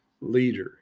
leader